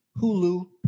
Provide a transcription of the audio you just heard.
Hulu